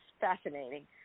fascinating